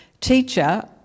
teacher